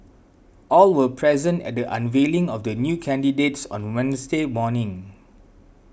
all were present at the unveiling of the new candidates on Wednesday morning